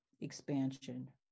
expansion